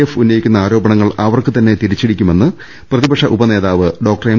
F ഉന്നയിക്കുന്ന ആരോപണങ്ങൾ അവർക്കുതന്നെ തിരിച്ചടിക്കുമെന്ന് പ്രതിപക്ഷ ഉപനേതാവ് ഡോക്ടർ എം